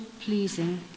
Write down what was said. pleasing